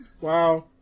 Wow